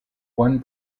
one